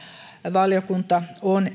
valiokunta on